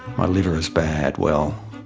my liver is bad, well,